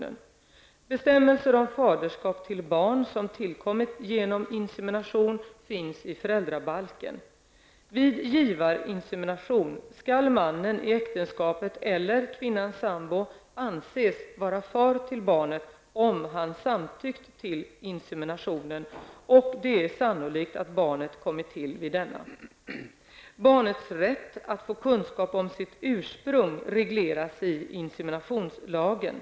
Bestämmelser om faderskap till barn som tillkommit genom insemination finns i föräldrabalken. Vid givarinsemination skall mannen i äktenskapet eller kvinnans sambo anses vara far till barnet, om han samtyckt till inseminationen och det är sannolikt att barnet kommit till vid denna. Barnets rätt att få kunskap om sitt ursprung regleras i inseminationslagen.